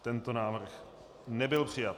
Tento návrh nebyl přijat.